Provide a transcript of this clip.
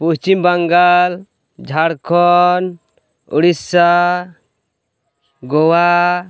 Paschim Bangal Jharkhand Odisha Goa